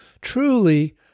Truly